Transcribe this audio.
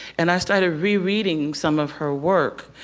and i started rereading some of her work,